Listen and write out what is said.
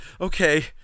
Okay